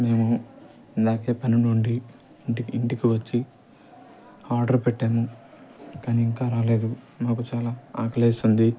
మేము ఇందాకే పని నుండి ఇంటికి ఇంటికి వచ్చి ఆర్డర్ పెట్టాను కానీ ఇంకా రాలేదు నాకు చాలా ఆకలి వేస్తుంది